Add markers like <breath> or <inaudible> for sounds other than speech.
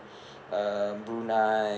<breath> um brunei